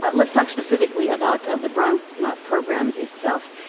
but let's talk specifically about the program itself.